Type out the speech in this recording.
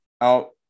out